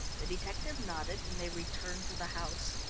the detective nodded, and they returned to the house.